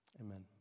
Amen